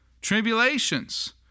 tribulations